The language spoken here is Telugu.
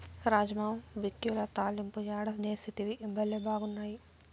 రాజ్మా బిక్యుల తాలింపు యాడ నేర్సితివి, బళ్లే బాగున్నాయి